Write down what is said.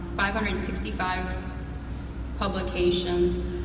five hundred and sixty five publications,